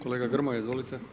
Kolega Grmoja, izvolite.